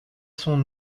son